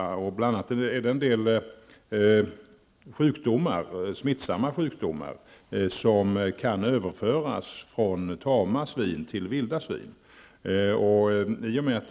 En del smittsamma sjukdomar kan överföras från tama svin till vilda svin. Även om man har vildsvin i hägn finns det stor risk för att de kan rymma. Det kan innebära ganska allvarliga risker när det gäller smittspridning av bl.a. sjukdomar som Aujeszky's sjukdom, som vi skall försöka utrota.